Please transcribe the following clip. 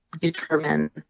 determine